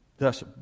Thus